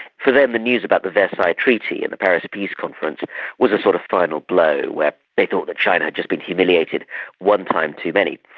for them the news about the versailles treaty and the paris peace conference was a sort of final blow. they thought that china had just been humiliated one time too many.